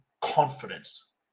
confidence